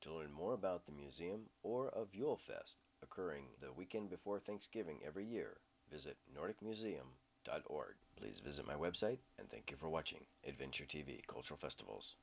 to learn more about the museum or of your fest occurring the weekend before thanksgiving every year visit the nordic museum dot org please visit my website and thank you for watching adventure t v cultural festivals